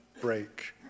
break